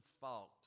fault